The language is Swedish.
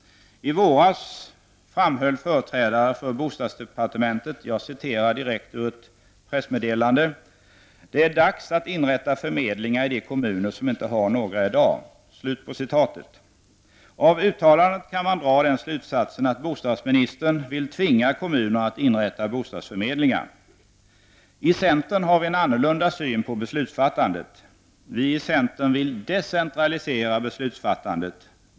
I våras framhöll företrädare för bostadsdepartementet i ett pressmeddelande: ''Det är dags att inrätta förmedlingar i de kommuner som inte har några i dag.'' Av uttalandet kan man dra slutsatsen att bostadsministern vill tvinga kommuner att inrätta bostadsförmedlingar. I centern har vi en annan syn på beslutsfattandet. Vi vill decentralisera beslutsfattandet.